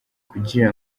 kugira